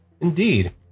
Indeed